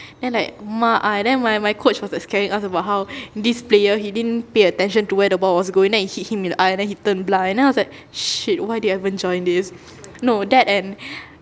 then like m~ uh then my my coach was like scaring us about how this player he didn't pay attention to where the ball was going then it hit him in the eye then he turned blind then I was like shit why did I even join this no that and